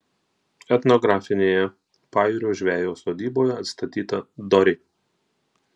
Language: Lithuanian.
etnografinėje pajūrio žvejo sodyboje atstatyta dorė